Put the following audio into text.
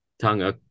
Tongue